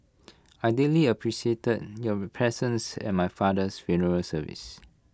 I deeply appreciated your presence at my father's funeral service